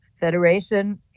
federation